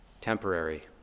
temporary